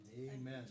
Amen